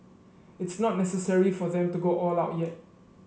it's not necessary for them to go all out yet